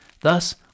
Thus